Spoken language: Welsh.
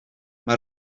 mae